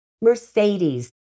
Mercedes